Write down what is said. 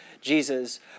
Jesus